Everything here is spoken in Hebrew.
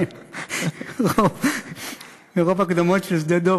מרוב הקדמות של שדה-דב,